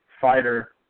fighter